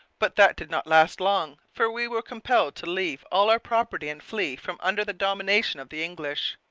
but that did not last long, for we were compelled to leave all our property and flee from under the domination of the english.